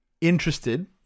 interested